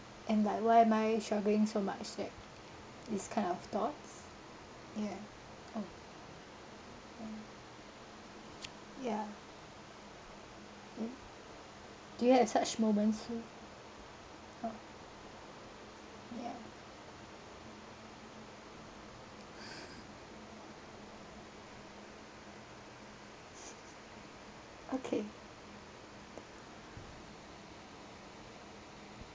and like why am I struggling so much that this kind of thoughts yeah oh uh ya do you have such moments too oh yeah okay